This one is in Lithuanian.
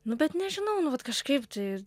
nu bet nežinau nu vat kažkaip tai